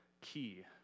key